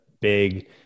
big